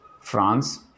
France